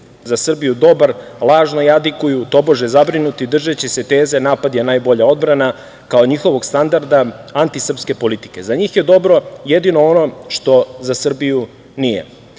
za Srbiju dobar lažno jadikuju tobože zabrinuti držeći se teze – napad je najbolja odbrana kao njihovog standarda antisrpske politike. Za njih je dobro jedino ono što za Srbiju nije.